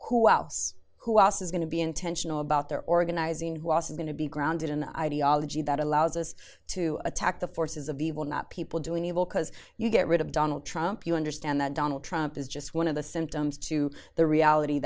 who else who else is going to be intentional about their organizing who else is going to be grounded in ideology that allows us to attack the forces of evil not people doing evil because you get rid of donald trump you understand that donald trump is just one of the symptoms to the reality